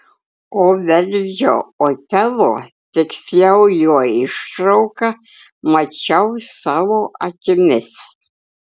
o verdžio otelo tiksliau jo ištrauką mačiau savo akimis